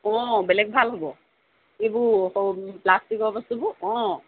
অঁ বেলেগ ভাল হ'ব এইবোৰ সৰু প্লাষ্টিকৰ বস্তুবোৰ অঁ